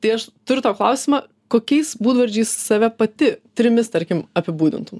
tai aš turiu tau klausimą kokiais būdvardžiais save pati trimis tarkim apibūdintum